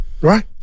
right